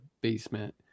basement